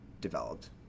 developed